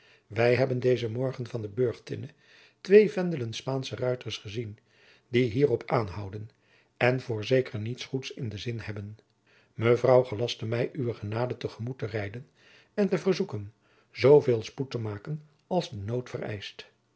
wij hebben dezen morgen van de burchttinne twee vendelen spaansche ruiters gezien die hierop aanhouden en voorzeker niets goeds in den zin hebben mevrouw gelastte mij uwe genade te gemoet te rijden en te verzoeken zooveel spoed te maken als de nood